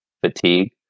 fatigue